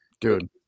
Dude